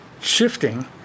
shifting